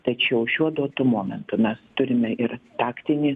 tačiau šiuo duotu momentu mes turime ir taktinį